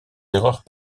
erreurs